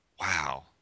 Wow